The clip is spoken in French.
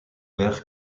vers